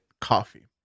coffee